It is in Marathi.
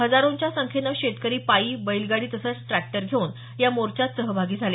हजारोंच्या संख्येने शेतकरी पायी बैलगाडी तसंच ट्रॅक्टर घेऊन या मोर्चात सहभागी झाले